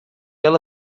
ela